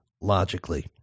logically